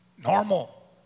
Normal